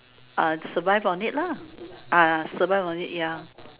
uh survive on it lah ah survive on it ya